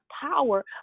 power